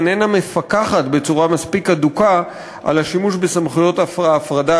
איננה מפקחת בצורה מספיק הדוקה על שימוש רשויות הכליאה בסמכויות ההפרדה.